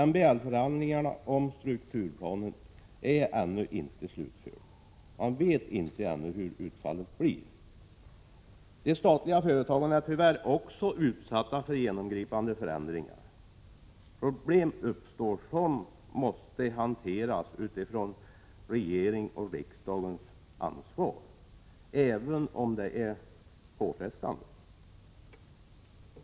MBL-förhandlingarna om strukturplanen är ännu inte slutförda, så man vet ännu inte hur utfallet blir. Vidare är de statliga företagen tyvärr utsatta för genomgripande förändringar. Problem uppstår alltså. Det är regeringen och riksdagen som har ett ansvar för hanteringen av dessa, även om det är påfrestande.